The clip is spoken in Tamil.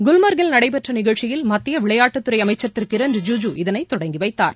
குல்மர்க்கில் நடைபெற்றநிகழ்ச்சியில் மத்தியவிளையாட்டுத்துறைஅமைச்சர் திருகிரண் ரிஜிஜி இதனைதொடங்கிவைத்தார்